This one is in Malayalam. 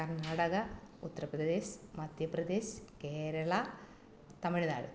കർണ്ണാടക ഉത്തർപ്രദേശ് മധ്യപ്രദേശ് കേരള തമിഴ്നാട്